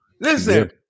Listen